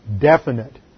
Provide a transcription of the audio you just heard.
definite